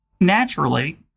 naturally